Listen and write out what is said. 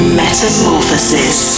metamorphosis